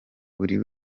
buri